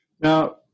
Now